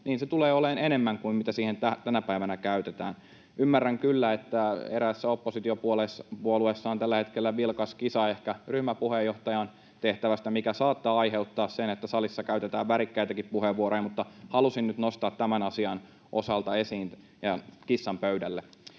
alkaen, tulee olemaan enemmän kuin mitä siihen tänä päivänä käytetään. Ymmärrän kyllä, että eräässä oppositiopuolueessa on ehkä tällä hetkellä vilkas kisa ryhmäpuheenjohtajan tehtävästä, mikä saattaa aiheuttaa sen, että salissa käytetään värikkäitäkin puheenvuoroja, mutta halusin nyt nostaa asian osalta tämän esiin, kissan pöydälle.